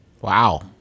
Wow